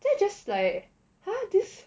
then you just like !huh! this